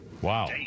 Wow